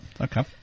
Okay